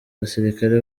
basirikare